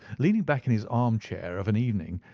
leaning back in his arm-chair of an evening,